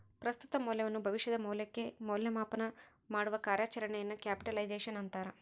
ಪ್ರಸ್ತುತ ಮೌಲ್ಯವನ್ನು ಭವಿಷ್ಯದ ಮೌಲ್ಯಕ್ಕೆ ಮೌಲ್ಯ ಮಾಪನಮಾಡುವ ಕಾರ್ಯಾಚರಣೆಯನ್ನು ಕ್ಯಾಪಿಟಲೈಸೇಶನ್ ಅಂತಾರ